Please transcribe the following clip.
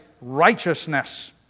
righteousness